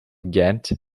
ghent